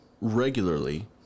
regularly